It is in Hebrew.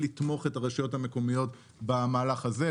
לתמוך את הרשויות המקומיות במהלך הזה,